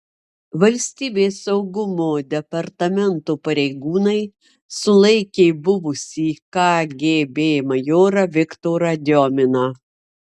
valstybės saugumo departamento pareigūnai sulaikė buvusį kgb majorą viktorą diominą